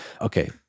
Okay